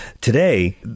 Today